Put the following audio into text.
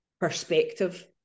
perspective